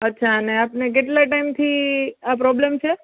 અચ્છા અને આપને કેટલા ટાઈમથી આ પ્રોબ્લેમ છે